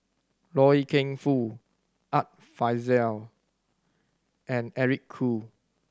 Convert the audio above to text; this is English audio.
Loy Keng Foo Art Fazil and Eric Khoo